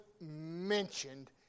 mentioned